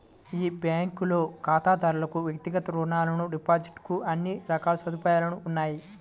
ఈ బ్యాంకులో ఖాతాదారులకు వ్యక్తిగత రుణాలు, డిపాజిట్ కు అన్ని రకాల సదుపాయాలు ఉన్నాయి